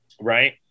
Right